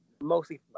mostly